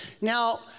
Now